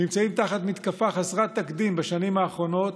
נמצאים תחת מתקפה חסרת תקדים בשנים האחרונות,